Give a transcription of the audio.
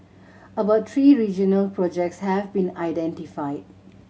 about three regional projects have been identified